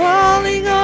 Falling